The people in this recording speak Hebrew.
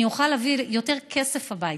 אני אוכל להביא יותר כסף הביתה,